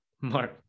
mark